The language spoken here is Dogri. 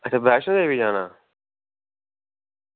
अच्छा वैष्णो देवी जाना